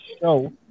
show